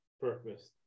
purpose